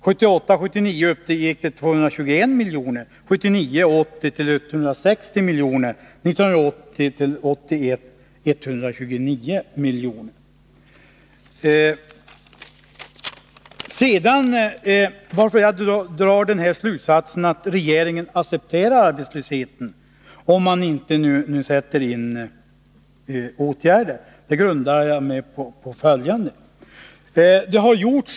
1978 80 till 160 miljoner och 1980/81 till 129 miljoner. Min slutsats att regeringen accepterar arbetslösheten, om man inte nu sätter in åtgärder, grundar jag på följande omständigheter.